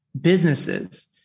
businesses